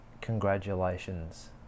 congratulations